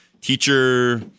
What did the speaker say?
teacher